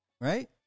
Right